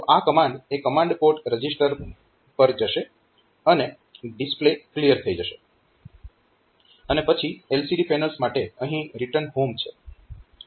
તો આ કમાન્ડ એ કમાન્ડ પોર્ટ રજીસ્ટર પર જશે અને ડિસ્પ્લે ક્લિયર થઈ જશે અને પછી LCD પેનલ્સ માટે અહીં રીટર્ન હોમ છે